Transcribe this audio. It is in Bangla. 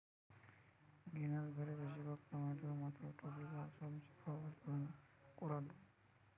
গ্রিনহাউস ঘরে বেশিরভাগ টমেটোর মতো ট্রপিকাল সবজি ফল উৎপাদন করাঢু